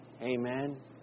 Amen